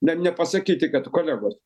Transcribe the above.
ne nepasakyti kad kolegos